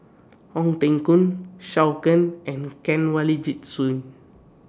Ong Teng Koon Can and Kanwaljit Soin